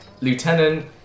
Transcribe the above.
lieutenant